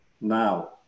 now